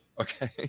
Okay